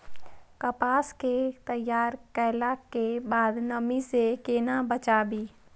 कपास के तैयार कैला कै बाद नमी से केना बचाबी?